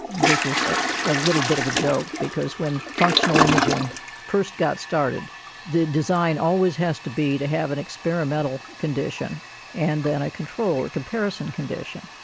this is a a little bit of a joke because when functional imaging first got started the design always has to be to have an experimental condition and then a control, or a comparison condition.